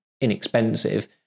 inexpensive